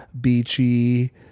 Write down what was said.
beachy